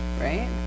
right